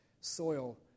soil